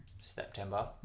September